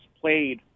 played